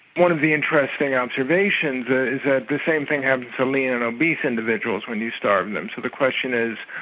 one of the interesting observations ah is that the same thing happens to lean and obese individuals when you starve and them. so the question is,